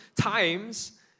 times